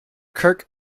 kirk